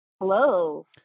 Hello